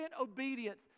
obedience